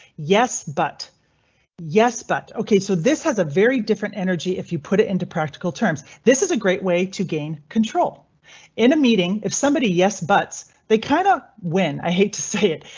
yes but yes, but ok. so this has a very different enerji if you put it into practical terms. this is a great way to gain control in a meeting. if somebody yes butts, they kind of win. i hate to say it,